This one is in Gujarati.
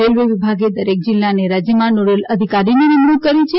રેલવે વિભાગે દરેક જીલ્લા અને રાજયમાં નોડલ અધિકારીની નીમણુંક કરી છે